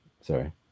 Sorry